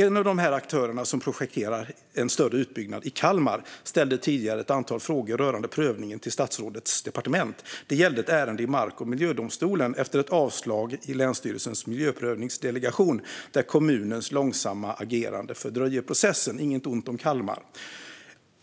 En av aktörerna som projekterar en större utbyggnad i Kalmar ställde tidigare ett antal frågor rörande prövningen till statsrådets departement. Det gällde ett ärende i mark och miljödomstolen efter att de hade fått avslag i länsstyrelsens miljöprövningsdelegation där kommunens långsamma agerande fördröjer processen - inget ont om Kalmar.